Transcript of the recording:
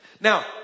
Now